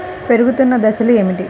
పెరుగుతున్న దశలు ఏమిటి?